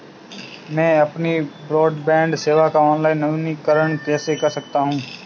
मैं अपनी ब्रॉडबैंड सेवा का ऑनलाइन नवीनीकरण कैसे कर सकता हूं?